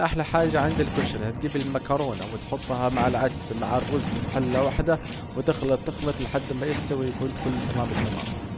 أحلى حاجة عندي الكشري، هتجيب المكرونة وتحطها مع العدس مع الرز في حلة واحدة وتخلط تخلط لحد ما يستوي ويكون كله تمام التمام